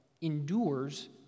endures